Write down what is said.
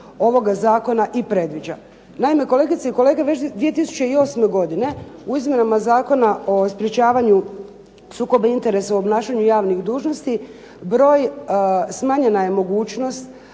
ovoga zakona i predviđa. Naime, kolegice i kolege već 2008. godine u izmjenama Zakona o sprječavanju sukoba interesa u obnašaju javnih dužnosti smanjena je mogućnost